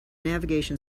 navigation